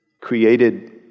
Created